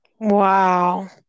Wow